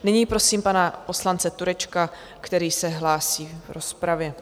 Nyní prosím pana poslance Turečka, který se hlásí v rozpravě.